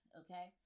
okay